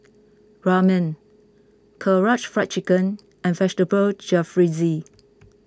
Ramen Karaage Fried Chicken and Vegetable Jalfrezi